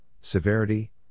severity